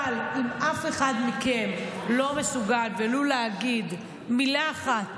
אבל, אם אף אחד מכם לא מסוגל להגיד ולו מילה אחת,